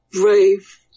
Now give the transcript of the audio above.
brave